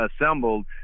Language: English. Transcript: assembled